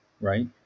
right